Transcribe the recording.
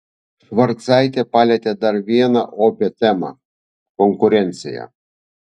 švarcaitė palietė dar vieną opią temą konkurenciją